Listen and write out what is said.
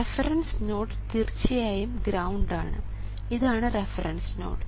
reference node തീർച്ചയായും ground ആണ് ഇതാണ് റഫറൻസ് നോഡ്